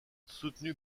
soutenu